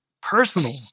personal